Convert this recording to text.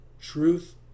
truth